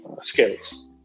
skills